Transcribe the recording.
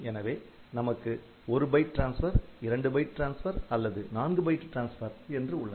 எனவே நமக்கு ஒரு பைட் டிரான்ஸ்பர் இரண்டு பைட் டிரான்ஸ்பர் அ நான்கு பைட் டிரான்ஸ்பர் என்று உள்ளன